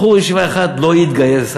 בחור ישיבה אחד לא יתגייס.